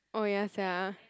oh ya sia